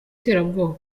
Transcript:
terabwoba